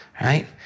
right